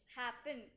happen